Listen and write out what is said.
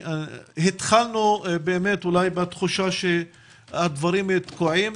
התחלנו בתחושה שהדברים תקועים,